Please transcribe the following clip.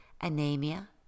anemia